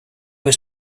was